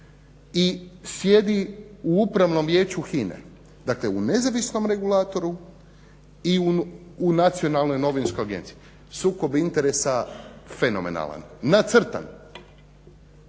i sjedi u Upravnom vijeću HINA-e. Dakle, u nezavisnom regulatoru i u nacionalnoj novinskoj agenciji. Sukob interesa fenomenalan, nacrtan